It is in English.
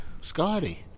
Scotty